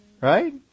Right